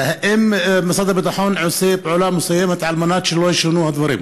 והאם משרד הביטחון עושה פעולה מסוימת על מנת שלא יישנו הדברים?